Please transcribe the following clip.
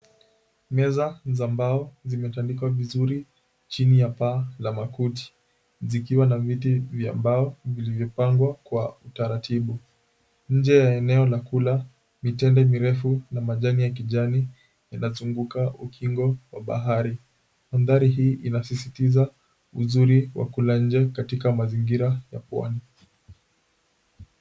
Meza za mbao zimetandikwa vizuri chini ya paa la makuti zikiwa na viti vya mbao vilivyopangwa kwa utaratibu, nje ya eneo la kula mitende mirefu la majani ya kijani inazunguka ukingo wa bahari. Mandhari hii inasisitiza uzuri wa kula nje katika mazingira ya pwani.